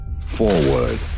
Forward